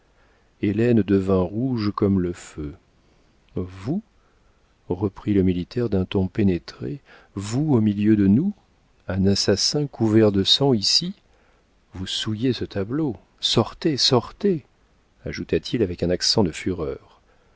enfants hélène devint rouge comme le feu vous reprit le militaire d'un ton pénétré vous au milieu de nous un assassin couvert de sang ici vous souillez ce tableau sortez sortez ajouta-t-il avec un accent de fureur